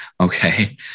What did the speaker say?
Okay